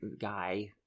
guy